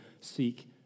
seek